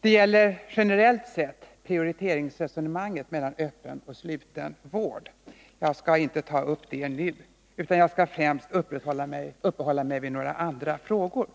Det gäller generellt sett prioriteringsresonemanget beträffande öppen resp. sluten vård. Jag skall inte ta upp det nu, utan jag skall främst uppehålla mig vid några andra frågor.